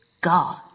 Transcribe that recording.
God